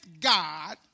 God